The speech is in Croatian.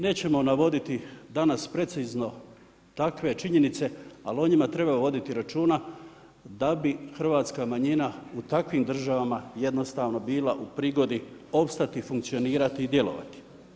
Nećemo navoditi danas precizno takve činjenice, ali o njima treba voditi računa da bi hrvatska manjina u takvim državama jednostavno bila u prigodi opstati, funkcionirati i djelovati.